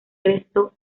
resto